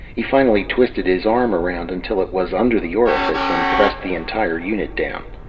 he finally twisted his arm around until it was under the orifice and pressed the entire unit down.